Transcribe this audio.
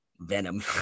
venom